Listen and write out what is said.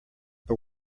but